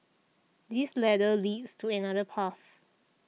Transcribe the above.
this ladder leads to another path